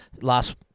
last